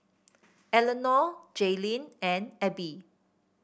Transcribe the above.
Elenor Jaylynn and Abie